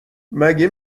مگه